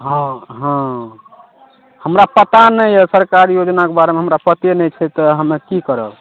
हँ हँ हमरा पता नहि यऽ सरकारी योजनाके बारेमे हमरा पते नहि छै तऽ हमे की करब